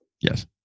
Yes